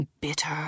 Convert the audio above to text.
bitter